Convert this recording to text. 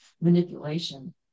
manipulation